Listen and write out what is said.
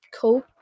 cool